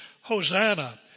Hosanna